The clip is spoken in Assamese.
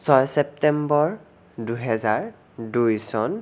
ছয় ছেপ্টেম্বৰ দুহেজাৰ দুই চন